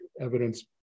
evidence